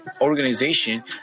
organization